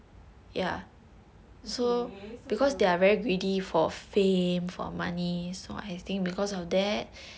okay so they will